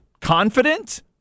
confident